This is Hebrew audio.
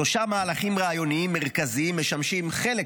שלושה מהלכים רעיוניים מרכזיים משמשים חלק